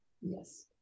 yes